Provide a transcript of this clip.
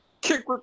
kick